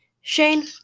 Shane